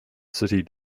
city